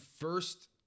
first